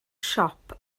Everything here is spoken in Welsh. siop